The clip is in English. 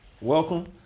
Welcome